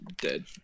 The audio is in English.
dead